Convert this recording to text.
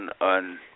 on